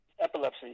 epilepsy